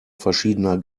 verschiedener